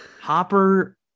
Hopper